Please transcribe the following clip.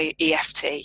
EFT